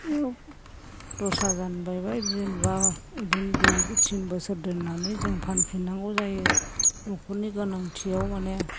दस हाजारनि बायबाय बा बिदिनो दुइ तिन बोसोर दोननानै जों फानफिननांगौ जायो न'खरनि गोनांथियाव माने